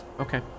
Okay